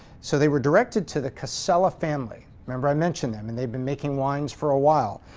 so they were directed to the casella family. remember i mentioned them. and they've been making wines for awhile.